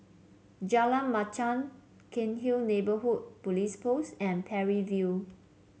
Jalan Machang Cairnhill Neighbourhood Police Post and Parry View